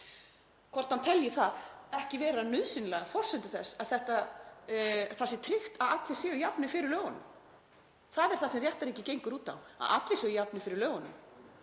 hvort hann telji þetta ekki vera nauðsynlega forsendu þess að það sé tryggt að allir séu jafnir fyrir lögunum. Það er það sem réttarríkið gengur út á, að allir séu jafnir fyrir lögunum.